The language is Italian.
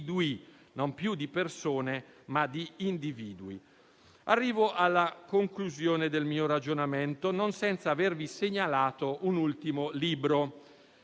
non più di persone. Arrivo alla conclusione del mio ragionamento non senza avervi segnalato un ultimo libro.